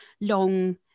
long